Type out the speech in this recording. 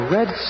Red